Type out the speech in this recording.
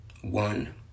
One